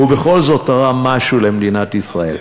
הוא בכל זאת תרם משהו למדינת ישראל.